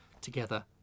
together